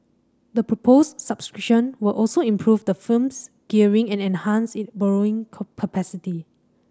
the proposed subscription will also improve the firm's gearing and enhance its borrowing capacity